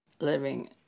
living